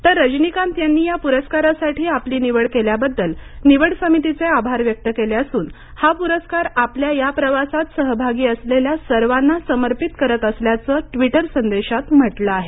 तर रजनीकांत यांनी या पुरस्कारासाठी आपली निवड केल्याबद्दल निवड समितीचे आभार व्यक्त केले असून हा पुरस्कार आपल्या या प्रवासात सहभागी असलेल्या सर्वांना समर्पित करत असल्याचं ट्विटर संदेशात म्हटलं आहे